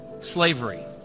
slavery